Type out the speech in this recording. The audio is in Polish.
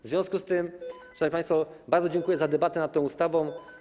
W związku z tym, szanowni państwo, bardzo dziękuję za debatę nad tą ustawą.